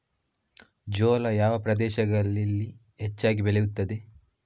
ಜೋಳ ಯಾವ ಪ್ರದೇಶಗಳಲ್ಲಿ ಹೆಚ್ಚಾಗಿ ಬೆಳೆಯುತ್ತದೆ?